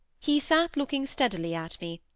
he sate looking steadily at me,